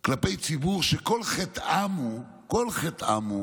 כלפי ציבור שכל חטאם הוא, כל חטאם הוא